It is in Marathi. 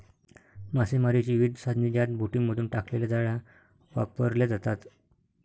मासेमारीची विविध साधने ज्यात बोटींमधून टाकलेल्या जाळ्या वापरल्या जातात